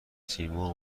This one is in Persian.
سیمرغ